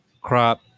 Crop